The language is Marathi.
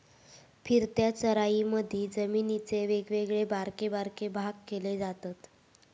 फिरत्या चराईमधी जमिनीचे वेगवेगळे बारके बारके भाग केले जातत